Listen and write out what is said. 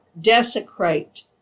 desecrate